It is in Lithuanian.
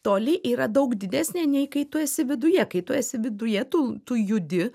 toli yra daug didesnė nei kai tu esi viduje kai tu esi viduje tu tu judi